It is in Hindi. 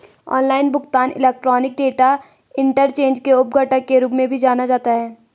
ऑनलाइन भुगतान इलेक्ट्रॉनिक डेटा इंटरचेंज के उप घटक के रूप में भी जाना जाता है